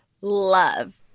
love